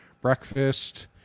breakfast